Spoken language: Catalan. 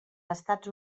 estats